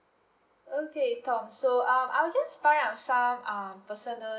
okay tom so um I'll just find out some uh personal